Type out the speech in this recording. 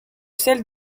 celle